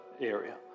area